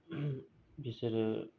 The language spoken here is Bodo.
बिसोरो